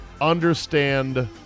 understand